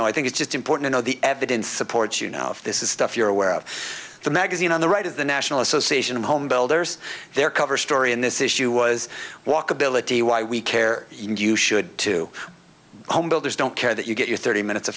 know i think it's just important to know the evidence supports you know if this is stuff you're aware of the magazine on the right of the national association of homebuilders their cover story in this issue was walkability why we care and you should too homebuilders don't care that you get your thirty minutes